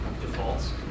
defaults